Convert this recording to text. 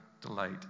delight